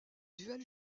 duel